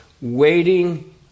waiting